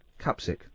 Capsic